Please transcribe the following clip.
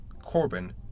Corbyn